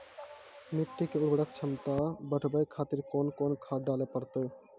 मिट्टी के उर्वरक छमता बढबय खातिर कोंन कोंन खाद डाले परतै?